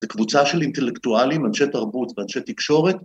‫זו קבוצה של אינטלקטואלים, ‫אנשי תרבות ואנשי תקשורת.